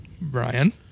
Brian